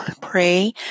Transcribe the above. pray